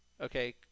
Okay